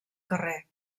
carrer